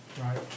Right